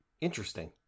Interesting